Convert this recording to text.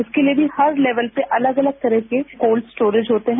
उसके लिए भी हर लेवल पर अलग अलग तरह के कोल्ड स्टोरेज होते हैं